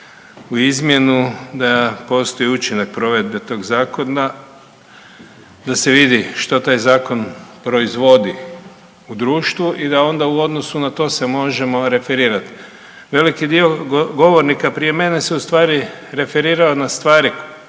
u izmjenu da postoji učinak provedbe tog zakona, da se vidi što taj zakon proizvodi u društvu i da onda u odnosu na to se možemo referirat. Veliki dio govornika prije mene su ustvari referirao na stvari koje